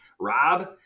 Rob